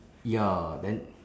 ya then